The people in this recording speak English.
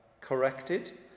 corrected